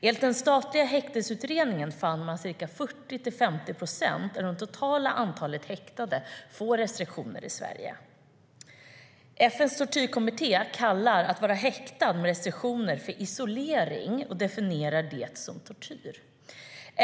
Enligt den statliga häktesutredningen fann man att 40-50 procent av det totala antalet häktade får restriktioner i Sverige. FN:s tortyrkommitté kallar att vara häktad med restriktioner för isolering och definierar det som tortyr.